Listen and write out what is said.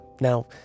Now